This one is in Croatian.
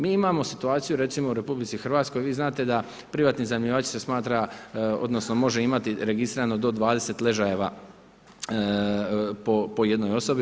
Mi imamo situaciju recimo u RH, vi znate da privatni iznajmljivači se smatra, odnosno može imati registrirano do 20 ležajeva po jednoj osobi.